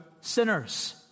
sinners